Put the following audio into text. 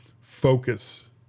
focus